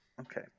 okay